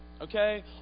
Okay